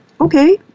okay